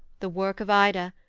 the work of ida,